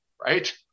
right